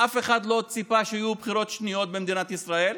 אף אחד לא ציפה שיהיו בחירות שניות במדינת ישראל,